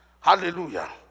Hallelujah